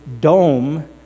dome